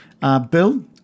Bill